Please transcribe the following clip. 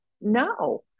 No